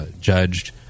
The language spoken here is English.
judged